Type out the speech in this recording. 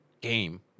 game